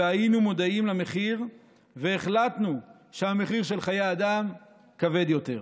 והיינו מודעים למחיר והחלטנו שהמחיר של חיי אדם כבד יותר.